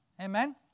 Amen